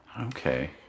Okay